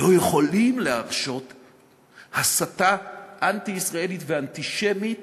לא יכולים להרשות הסתה אנטי-ישראלית ואנטישמית